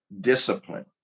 discipline